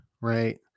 right